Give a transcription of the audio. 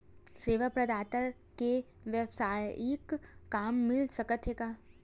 सेवा प्रदाता के वेवसायिक काम मिल सकत हे का?